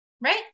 right